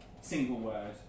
single-word